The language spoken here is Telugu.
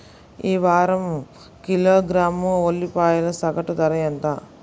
ఈ వారం కిలోగ్రాము ఉల్లిపాయల సగటు ధర ఎంత?